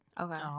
okay